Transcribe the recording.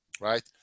right